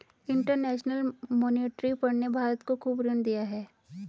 international monetary fund ने भारत को खूब ऋण दिया है